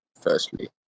Firstly